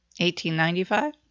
1895